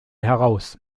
heraus